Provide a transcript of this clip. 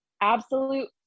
absolute